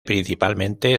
principalmente